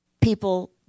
people